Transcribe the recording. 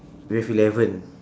we have eleven